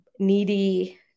needy